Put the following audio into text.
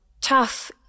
tough